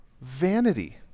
Vanity